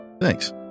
Thanks